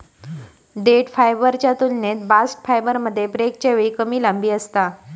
देठ फायबरच्या तुलनेत बास्ट फायबरमध्ये ब्रेकच्या वेळी कमी लांबी असता